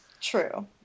True